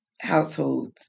households